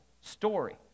story